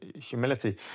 humility